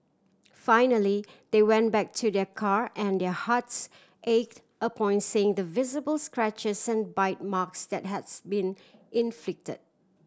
finally they went back to their car and their hearts ached upon seeing the visible scratches bite marks that has been inflict